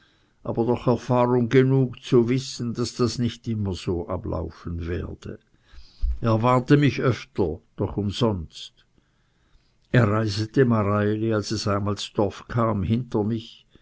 aber doch erfahrung genug zu wissen daß das nicht immer so ablaufen werde er warnte mich öfters doch umsonst er reisete mareili als es einmal z'dorf kam hinter mich